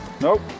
Nope